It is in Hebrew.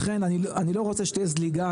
ולכן אני לא רוצה שתהיה זליגה,